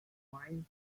wind